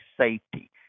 safety